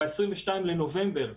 ב-22 בנובמבר,